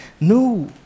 no